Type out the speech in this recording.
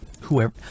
whoever